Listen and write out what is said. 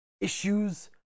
issues